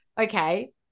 okay